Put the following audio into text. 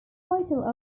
title